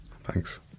Thanks